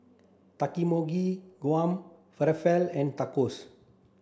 Takikomi Gohan Falafel and Tacos